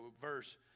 verse